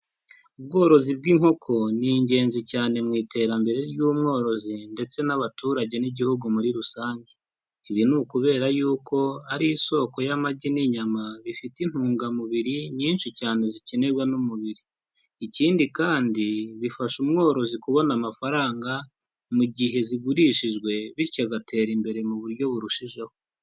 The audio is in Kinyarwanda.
Ubworozi bw'inkoko ni ingenzi cyane mu iterambere ry'umworozi ndetse n'abaturage n'igihugu muri rusange, ibi ni ukubera y'uko ari isoko y'amagi n'inyama bifite intungamubiri nyinshi cyane zikenerwa n'umubiri, ikindi kandi bifasha umworozi kubona amafaranga mu gihe zigurishijwe, bityo agatera imbere mu buryo burushijeho.